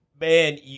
man